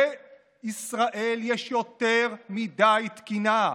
בישראל יש יותר מדי תקינה.